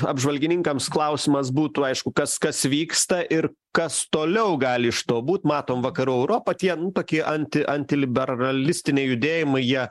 apžvalgininkams klausimas būtų aišku kas kas vyksta ir kas toliau gali iš to būt matom vakarų europą tie nu tokie anti antiliberalistiniai judėjimai jie